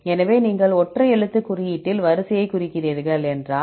எனவே நீங்கள் ஒற்றை எழுத்து குறியீட்டில் வரிசையை குறிக்கிறீர்கள் என்றால்